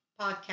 podcast